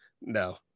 no